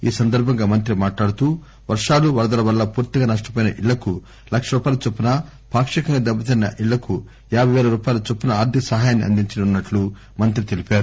ఈ సందర్బంగా మంత్రి మాట్లాడుతూ వర్షాలు వరదల వల్ల పూర్తిగా నష్టపోయిన ఇళ్ళకు లక్ష రూపాయల చొప్పున పాక్షికంగా దెబ్బతిన్న ఇళ్ళకు యాభబై పేల రూపాయల చొప్పున ఆర్థిక సాయాన్ని అందించనున్న ట్లు మంత్రి తెలిపారు